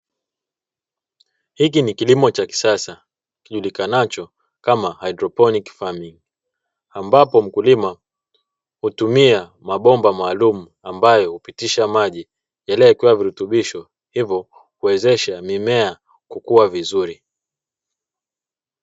Hiki ni kilimo cha kisasa kijulikanacho kama haidroponi "farming" ambapo mkulima hutumia mabomba maalumu ambayo hupitisha maji yaliyowekewa virutubisho hivyo kuwezesha mimea kukua vizuri.